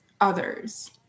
others